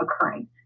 occurring